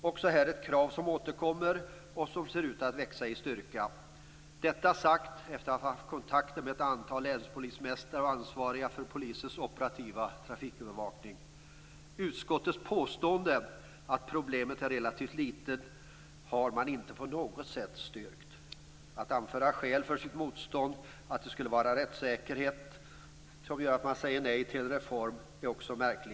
Också här finns ett krav som återkommer och växer i styrka. Detta har framkommit efter att jag har haft kontakter med ett antal länspolismästare och ansvariga för polisens operativa trafikövervakning. Utskottets påstående att problemet är relativt litet har inte på något sätt styrkts. Att anföra att det skulle vara av rättssäkerhetsskäl som man säger nej till en reform är också märkligt.